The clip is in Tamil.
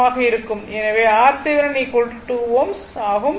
எனவே RThevenin 2 Ω ஆகும்